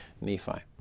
Nephi